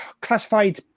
classified